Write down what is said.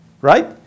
right